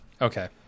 Okay